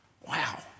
Wow